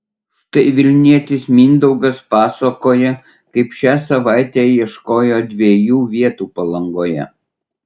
štai vilnietis mindaugas pasakoja kaip šią savaitę ieškojo dviejų vietų palangoje